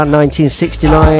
1969